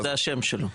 פיליבסטר זה השם שלו.